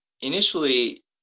initially